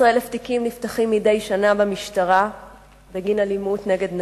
13,000 תיקים נפתחים מדי שנה במשטרה בגין אלימות נגד נשים,